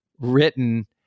written